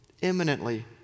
imminently